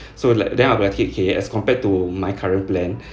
so like then I'm like okay okay as compared to my current plan